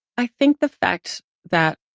i think the fact that,